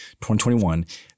2021